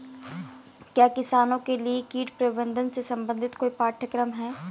क्या किसानों के लिए कीट प्रबंधन से संबंधित कोई पाठ्यक्रम है?